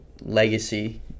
legacy